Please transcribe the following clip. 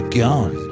gone